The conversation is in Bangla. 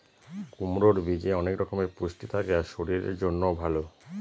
কুমড়োর বীজে অনেক রকমের পুষ্টি থাকে আর শরীরের জন্যও ভালো